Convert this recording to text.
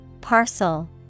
Parcel